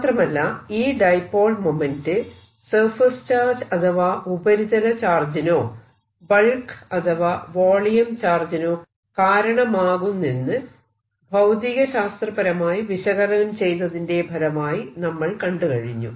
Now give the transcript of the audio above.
മാത്രമല്ല ഈ dipole moment surface charge അഥവാ ഉപരിതല ചാർജിനോ ബൽക്ക് അഥവാ വോളിയം ചാർജിനോ കാരണമാകുന്നെന്ന് ഭൌതികശാസ്ത്രപരമായി വിശകലനം ചെയ്തതിന്റെ ഫലമായി നമ്മൾ കണ്ടുകഴിഞ്ഞു